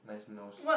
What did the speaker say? nice nose